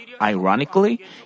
ironically